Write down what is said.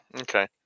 okay